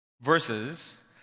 verses